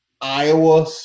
Iowa